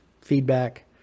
feedback